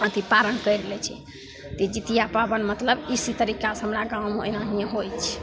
अथी पारण करि लै छै तऽ ई जितिआ पाबनि मतलब इसी तरीकासे हमरा गाममे एनाहिए होइ छै